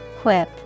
Quip